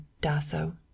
Dasso